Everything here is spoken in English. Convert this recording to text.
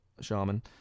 shaman